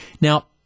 Now